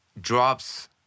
drops